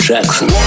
Jackson